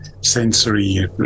sensory